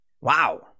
Wow